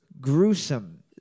gruesome